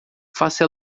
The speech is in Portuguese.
faça